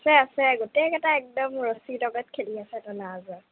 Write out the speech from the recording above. আছে আছে গোটেই কেইটা একদম ৰছী লগত খেলি আছে টনা আঁজোৰা